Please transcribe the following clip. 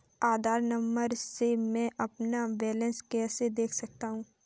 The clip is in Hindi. आधार नंबर से मैं अपना बैलेंस कैसे देख सकता हूँ?